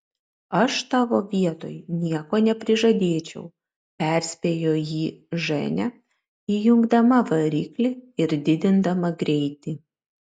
aš tavo vietoj nieko neprižadėčiau perspėjo jį ženia įjungdama variklį ir didindama greitį